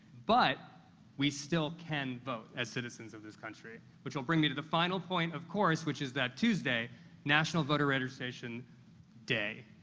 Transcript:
but we still can vote as citizens of this country, which will bring me to the final point, of course, which is that tuesday national voter registration day.